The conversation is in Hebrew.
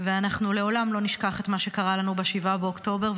ואנחנו לעולם לא נשכח את מה שקרה לנו ב-7 באוקטובר,